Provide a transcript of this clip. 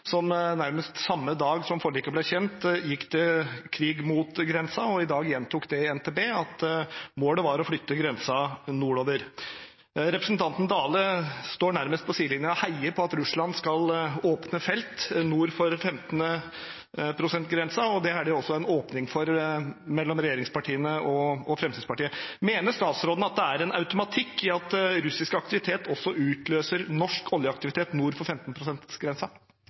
som nærmest samme dag som forliket ble kjent, gikk til krig mot grensen og i dag gjentok til NTB at målet var å flytte grensen nordover. Representanten Dale står nærmest på sidelinjen og heier på at Russland skal åpne felt nord for 15 pst.-grensen, og det er det også åpnet for mellom regjeringspartiene og Fremskrittspartiet. Mener statsråden at det er en automatikk i at russisk aktivitet også utløser norsk oljeaktivitet nord for 15